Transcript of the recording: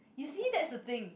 you see that's the thing